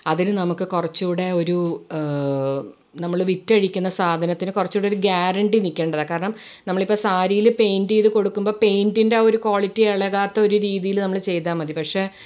അതില് നമുക്ക് കുറച്ചുംകൂടെ ഒരു നമ്മള് വിറ്റഴിക്കുന്ന സാധനത്തിന് കുറച്ചുംകൂടെ ഒരു ഗ്യാരണ്ടി നിൽക്കേണ്ടതാണ് കാരണം നമ്മളിപ്പൊൾ സാരിയിൽ പേയ്ൻറ്റേയ്ത് കൊടുക്കുമ്പൊൾ പേയ്റ്റിൻറെ ഒരു ക്വാളിറ്റി ഇളകാത്ത ഒര് രീതിയിൽ നമ്മള് ചെയ്താൽ മതി പക്ഷെ